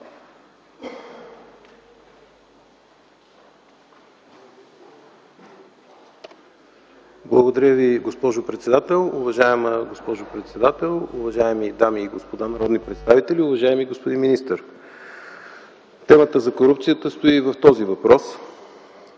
Благодаря Ви, госпожо председател. Уважаема госпожо председател, уважаеми дами и господа народни представители, уважаеми господин министър! Темата за корупцията стои и в този въпрос.